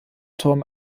turm